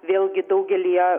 vėlgi daugelyje